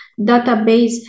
database